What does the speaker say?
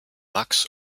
max